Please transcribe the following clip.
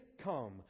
come